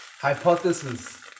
hypothesis